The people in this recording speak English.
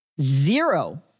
zero